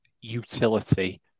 utility